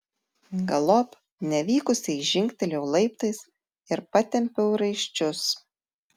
galop nevykusiai žingtelėjau laiptais ir patempiau raiščius